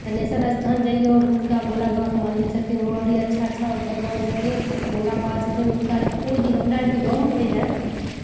थानेश्वर स्थान जइयौ हुनका भोला बाबाके मन्दिर छथिन हुआँ भी अच्छा अच्छा भगवान छथिन मतलब भोला बाबा छथिन हुनका कोइ भी हमरा अरके गाँवमे कोइ हइ